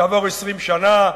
כעבור שנתיים.